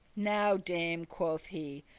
now, dame, quoth he,